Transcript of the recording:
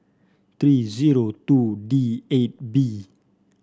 three zero two D eight B